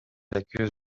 accuse